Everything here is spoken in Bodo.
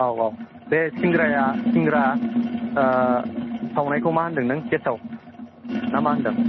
औ औ बे सिंग्राया सिंग्रा सावनायखौ मा होनदों नों गेसाव ना मा होनदों